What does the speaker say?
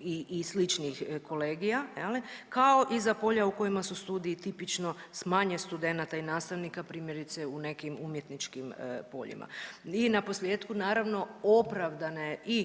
i, i sličnih kolegija je li, kao i za polja u kojima su studiji tipično s manje studenata i nastavnika, primjerice u nekim umjetničkim poljima. I na posljetku naravno opravdane i